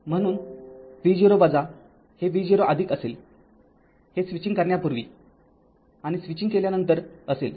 म्हणून v0 हे v0 असेल हे स्विचिंग करण्यापूर्वी आणि स्विचिंग केल्यानंतर असेल